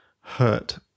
hurt